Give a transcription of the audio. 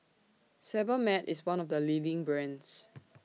Sebamed IS one of The leading brands